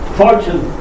fortune